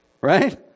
right